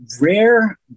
rare